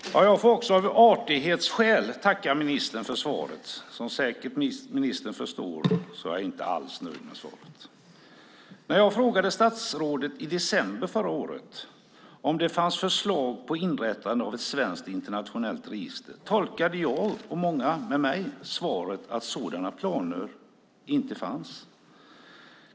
Herr talman! Jag får också av artighet tacka ministern för svaret, men som ministern säkert förstår är jag inte alls nöjd med det. När jag i december förra året frågade statsrådet om det fanns förslag om inrättande av ett svenskt internationellt register tolkade jag och många med mig svaret som att sådana planer inte fanns.